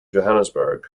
johannesburg